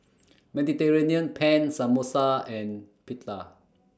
Mediterranean Penne Samosa and Pita